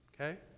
Okay